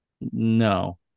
no